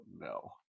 no